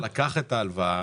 מי שלקח את ההלוואה,